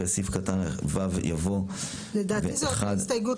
אחרי סעיף קטן (ו) יבוא --- לדעתי זו אותה הסתייגות